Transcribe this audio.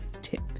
tip